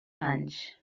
anys